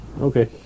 Okay